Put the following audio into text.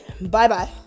Bye-bye